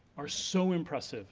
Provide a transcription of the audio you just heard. are so impressive